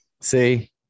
See